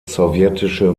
sowjetische